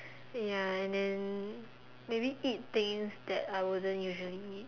ya and then maybe eat things that I wouldn't usually eat